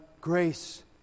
grace